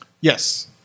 Yes